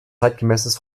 zeitgemäßes